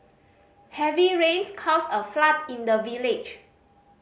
heavy rains caused a flood in the village